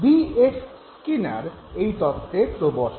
B F Skinner এই তত্ত্বের প্রবর্তক